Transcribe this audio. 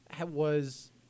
was-